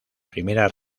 primera